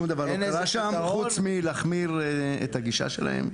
שום דבר לא קרה שם, חוץ מלהחמיר את הגישה שלהם.